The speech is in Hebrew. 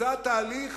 נמצא תהליך